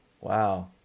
Wow